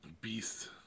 beast